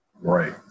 right